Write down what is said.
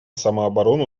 самооборону